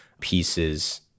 pieces